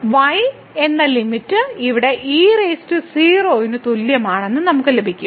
y എന്ന limit ഇവിടെ e0 ന് തുല്യമാണെന്ന് നമുക്ക് ലഭിക്കും